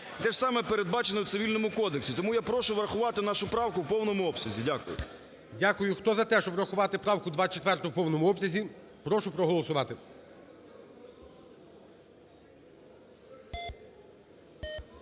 Те ж саме передбачено в Цивільному кодексі. Тому я прошу врахувати нашу правку в повному обсязі. Дякую. ГОЛОВУЮЧИЙ. Дякую. Хто за те, щоб врахувати правку 24 в повному обсязі, прошу проголосувати.